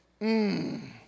Mmm